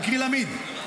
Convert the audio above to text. אקרילאמיד,